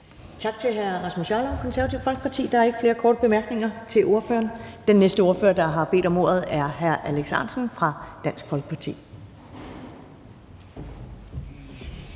Tak til hr. Rasmus Jarlov fra Det Konservative Folkeparti. Der er ikke flere korte bemærkninger til ordføreren. Den næste ordfører, der har bedt om ordet, er hr. Alex Ahrendtsen fra Dansk Folkeparti.